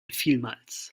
vielmals